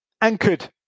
anchored